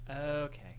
Okay